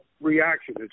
reaction